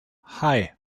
hei